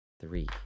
three